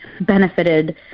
benefited